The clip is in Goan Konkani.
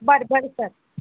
बरें बरें सर